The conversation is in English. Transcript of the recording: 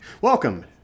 Welcome